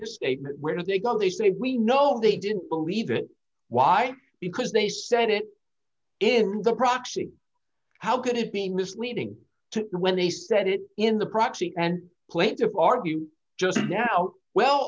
misstatement where they go they say we know they didn't believe it why because they said it in the proxy how can it be misleading when he said it in the proxy and plaintiff argue just now well